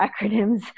acronyms